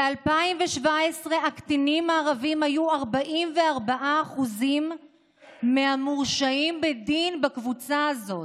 ב-2017 הקטינים הערבים היו 44% מהמורשעים בדין בקבוצה הזאת,